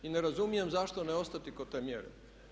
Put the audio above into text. I ne razumijem zašto ne ostati kod te mjere.